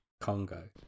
Congo